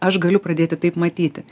aš galiu pradėti taip matyti